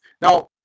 Now